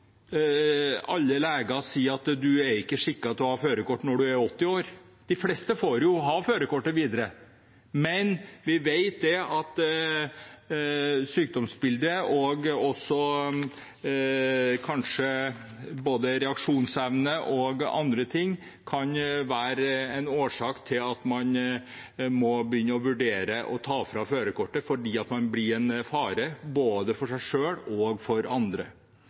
80 år.» De fleste får jo ha førerkortet videre. Men vi vet at sykdomsbildet og også kanskje reaksjonsevne og andre ting kan være en årsak til at man må vurdere å ta fra noen førerkortet – fordi man blir en fare både for seg selv og for andre.